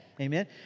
Amen